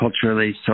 culturally